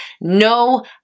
No